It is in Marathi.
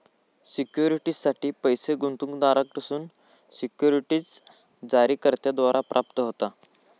सिक्युरिटीजसाठी पैस गुंतवणूकदारांकडसून सिक्युरिटीज जारीकर्त्याद्वारा प्राप्त होता